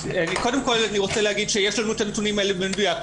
קודם כל אני רוצה להגיד שיש לנו את הנתונים האלה במדויק.